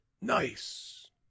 nice